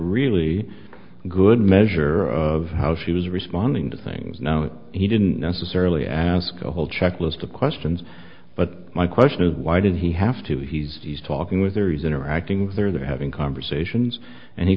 really good measure of how she was responding to things no he didn't necessarily ask a whole checklist of questions but my question is why did he have to he's he's talking with there he's interacting they're they're having conversations and he